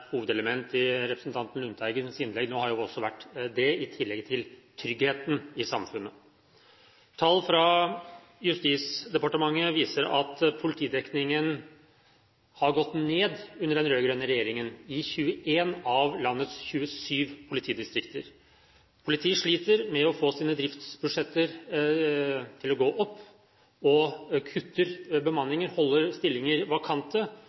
hovedelement i representanten Lundteigens innlegg nå har jo også vært det, i tillegg til tryggheten i samfunnet. Tall fra Justisdepartementet viser at politidekningen har gått ned under den rød-grønne regjeringen i 21 av landets 27 politidistrikter. Politiet sliter med å få sine driftsbudsjetter til å gå opp og kutter bemanningen, holder stillinger vakante.